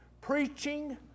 preaching